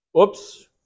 Oops